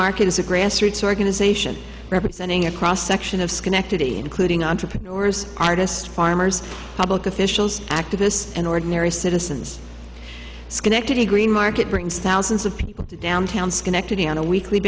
market is a grassroots organization representing a cross section of schenectady including entrepreneurs artists farmers public officials activists and ordinary citizens schenectady green market brings thousands of people to downtown schenectady on a weekly